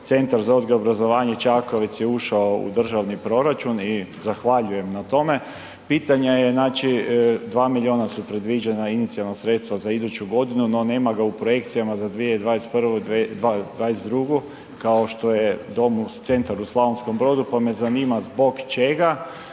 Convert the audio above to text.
Centar za odgoj i obrazovanje Čakovec je ušao u državni proračun i zahvaljujem na tome, pitanje je znači, 2 milijuna su predviđena, inicijalna sredstva za iduću godinu, no nema ga u projekcijama za 2021. i 2022. kao što je dom, Centar u Slavonskom Brodu, pa me zanima zbog čega